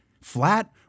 flat